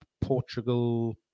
Portugal